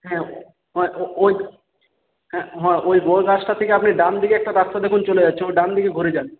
হ্যাঁ হ্যাঁ ওই হ্যাঁ হ্যাঁ ওই বড় গাছটা থেকে আপনি ডানদিকে একটা রাস্তা দেখুন চলে যাচ্ছে ওর ডানদিকে ঘুরে যান